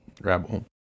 rabble